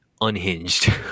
unhinged